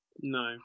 No